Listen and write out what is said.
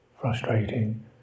frustrating